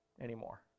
anymore